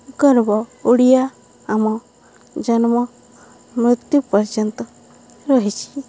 ଗର୍ବ ଓଡ଼ିଆ ଆମ ଜନ୍ମ ମୃତ୍ୟୁ ପର୍ଯ୍ୟନ୍ତ ରହିଛି